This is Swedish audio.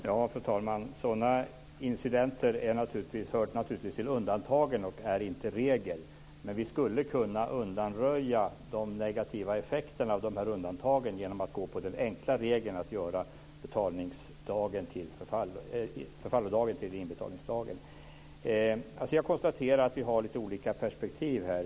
Fru talman! Sådana incidenter hör naturligtvis till undantagen och är inte regel. Men vi skulle kunna undanröja de negativa effekterna av dessa undantag genom att gå på den enkla regeln att göra förfallodagen till inbetalningsdagen. Jag konstaterar att vi har lite olika perspektiv här.